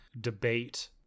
debate